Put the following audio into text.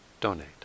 donate